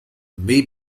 may